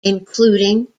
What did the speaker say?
including